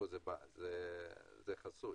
חסוי.